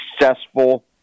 successful